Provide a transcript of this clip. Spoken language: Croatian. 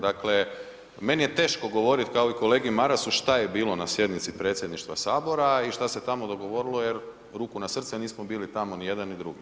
Dakle, meni je teško govorit kao i kolegi Marasu šta je bilo na sjednici predsjedništva sabora i šta se tamo dogovorilo jer, ruku na srce, nismo bili tamo ni jedan ni drugi.